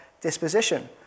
disposition